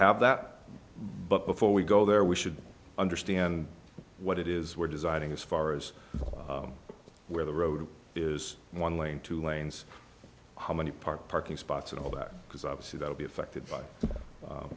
have that but before we go there we should understand what it is we're designing as far as where the road is one lane two lanes how many park parking spots and all that because obviously that will be affected by